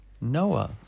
Noah